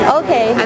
okay